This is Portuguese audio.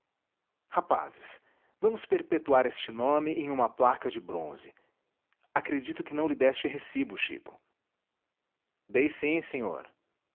rapazes vamos perpetuar este nome em uma placa de bronze acredito que não lhe deste recibo chico dei sim senhor